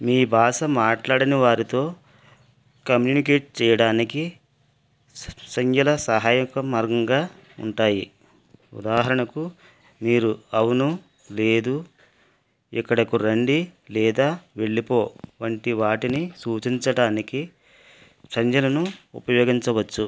మీ భాష మాట్లాడిన వారితో కమ్యూనికేట్ చేయడానికి సం సంజ్ఞల సహాయక మార్గంగా ఉంటాయి ఉదాహరణకు మీరు అవును లేదు ఇక్కడకు రండి లేదా వెళ్ళిపో వంటి వాటిని సూచించటానికి సంజ్ఞలను ఉపయోగించవచ్చు